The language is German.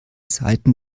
seiten